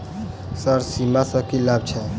Sir बीमा सँ की लाभ छैय?